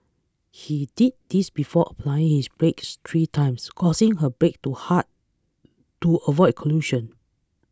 he did this before applying his brakes three times causing her brake to hard to avoid collision